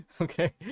Okay